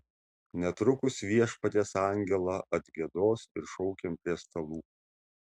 netrukus viešpaties angelą atgiedos ir šaukiam prie stalų